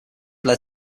led